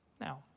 Now